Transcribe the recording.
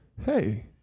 Hey